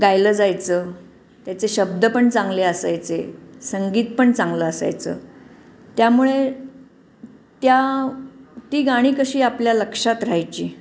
गायलं जायचं त्याचे शब्द पण चांगले असायचे संगीत पण चांगलं असायचं त्यामुळे त्या ती गाणी कशी आपल्या लक्षात राहायची